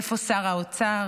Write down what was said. איפה שר האוצר?